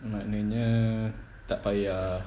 maknanya tak payah